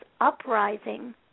uprising